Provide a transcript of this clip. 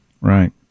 Right